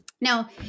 Now